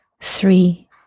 three